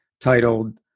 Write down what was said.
titled